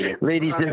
Ladies